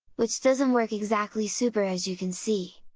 which doesn't work exactly super as you can see!